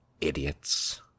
idiots